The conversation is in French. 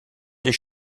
les